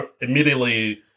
immediately